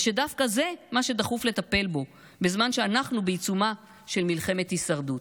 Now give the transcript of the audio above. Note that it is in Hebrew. ושדווקא זה מה שדחוף לטפל בו בזמן שאנחנו בעיצומה של מלחמת הישרדות.